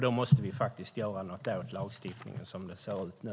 Då måste vi göra något åt lagstiftningen som den ser ut nu.